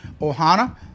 Ohana